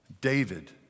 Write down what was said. David